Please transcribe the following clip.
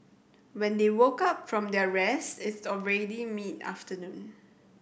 when they woke up from their rest it's already mid afternoon